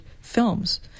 films